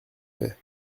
fait